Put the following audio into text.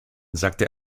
sagte